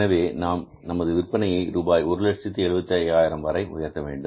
எனவே நாம் நமது விற்பனையை ரூபாய் 175000 வரை உயர்த்த வேண்டும்